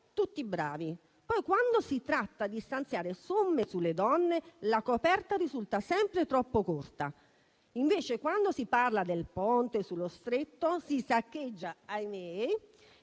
tutti bravi, poi quando si tratta di stanziare somme per le donne, la coperta risulta sempre troppo corta. Invece, quando si parla del Ponte sullo Stretto si saccheggia, ahimè,